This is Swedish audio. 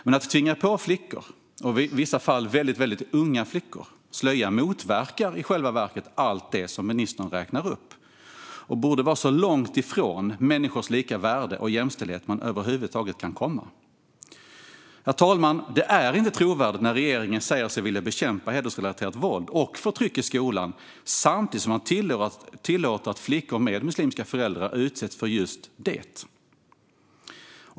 Men att tvinga på flickor, i vissa fall väldigt unga flickor, slöja motverkar i själva verket allt det som ministern räknar upp. Det borde vara så långt ifrån människors lika värde och jämställdhet man över huvud taget kan komma. Herr talman! Det är inte trovärdigt när regeringen säger sig vilja bekämpa hedersrelaterat våld och förtryck i skolan samtidigt som man tillåter att flickor med muslimska föräldrar utsätts för just detta.